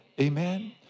Amen